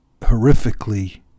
horrifically